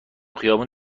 خیابون